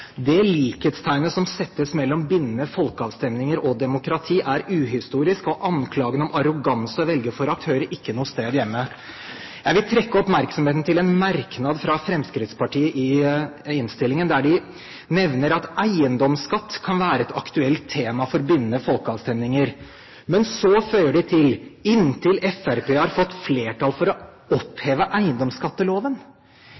Det likhetstegnet som settes mellom bindende folkeavstemninger og demokrati, er uhistorisk, og anklagene om arroganse og velgerforakt hører ikke noe sted hjemme. Jeg vil rette oppmerksomheten mot en merknad fra Fremskrittspartiet i innstillingen, der de nevner at eiendomsskatt kan være et aktuelt tema for bindende folkeavstemninger. Men så føyer de til «inntil Fremskrittspartiet eventuelt har fått flertall for å